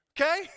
Okay